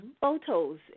photos